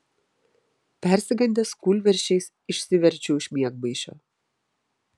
persigandęs kūlversčiais išsiverčiau iš miegmaišio